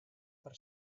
per